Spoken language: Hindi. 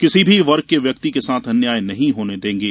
किसी भी वर्ग के व्यक्ति के साथ अन्याय नहीं होने देंगे